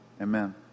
amen